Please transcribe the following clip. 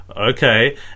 okay